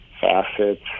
facets